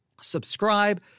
subscribe